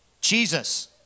Jesus